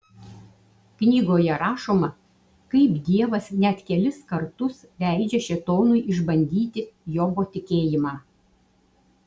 knygoje rašoma kaip dievas net kelis kartus leidžia šėtonui išbandyti jobo tikėjimą